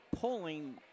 pulling